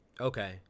Okay